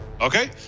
Okay